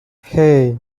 hey